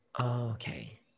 Okay